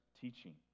teaching